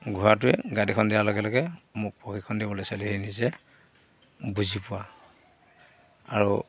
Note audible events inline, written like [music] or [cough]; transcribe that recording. ঘোঁৰাটোৱে গাড়ীখন দিয়াৰ লগে লগে মোক প্ৰশিক্ষণ দিবলৈ [unintelligible] বুজি পোৱা আৰু